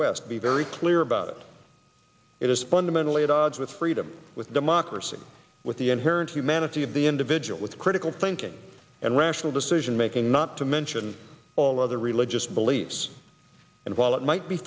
west be very clear about it it is fundamentally at odds with freedom with democracy with the inherent humanity of the individual with critical thinking and rational decision making not to mention all other religious beliefs and while it might be